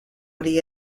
hori